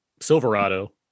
silverado